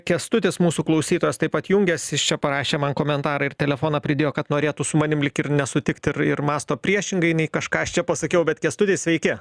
kęstutis mūsų klausytojas taip pat jungias jis čia parašė man komentarą ir telefoną pridėjo kad norėtų su manim lyg ir nesutikt ir ir mąsto priešingai nei kažką aš čia pasakiau bet kęstuti sveiki